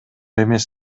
эмес